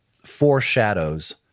foreshadows